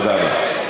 תודה רבה.